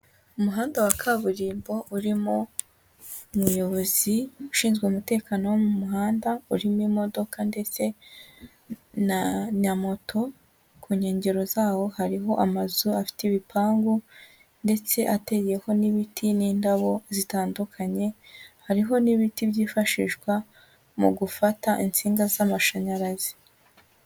Umuhanda wa kaburimbo, urimo umuyobozi ushinzwe umutekano wo mu muhanda, urimo imodokadoka ndetse na na moto, ku nkengero zawo hariho amazu afite ibipangu ndetse ateyeho n'ibiti n'indabo zitandukanye, hariho n'ibiti byifashishwa mu gufata insinga z'amashanyarazi.